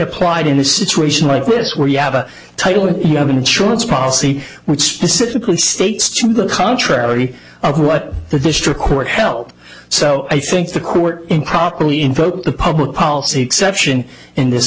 applied in a situation like this where you have a title if you have an insurance policy which specifically states to the contrary of what the district court help so i think the court improperly invoked the public policy exception in this